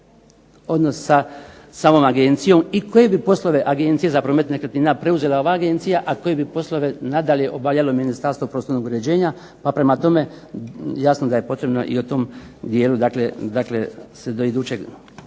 odnos sa samom agencijom i koje bi poslove Agencija za promet nekretnina preuzela ova agencija a koje bi poslove i dalje obavljalo Ministarstvo prostornog uređenja. Pa prema tome, jasno je da se i o tome dijelu